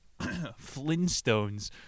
Flintstones